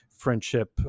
friendship